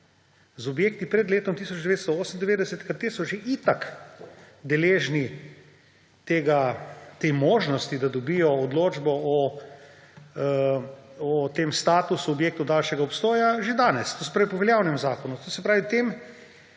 z objekti pred letom 1998, ker ti so že itak deležni te možnosti, da dobijo odločbo o tem statusu objekta daljšega obstoja že danes, to se pravi po veljavnem zakonu.